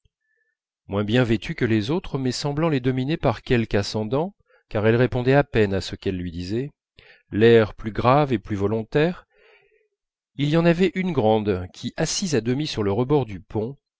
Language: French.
moins bien vêtue que les autres mais semblant les dominer par quelque ascendant car elle répondait à peine à ce qu'elles lui disaient l'air plus grave et plus volontaire il y en avait une grande qui assise à demi sur le rebord du pont